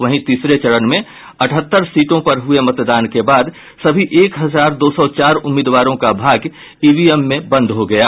वहीं तीसरे चरण में अठहत्तर सीटों पर हुये मतदान के बाद सभी एक हजार दो सौ चार उम्मीदवारों का भाग्य ईवीएम में बंद हो गये